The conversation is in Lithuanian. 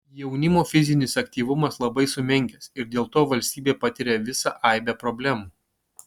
jaunimo fizinis aktyvumas labai sumenkęs ir dėl to valstybė patiria visą aibę problemų